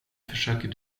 försöker